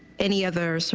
any other so